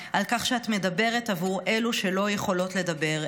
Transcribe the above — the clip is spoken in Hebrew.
על כך שאת מדברת עבור אלו שלא יכולות לדבר,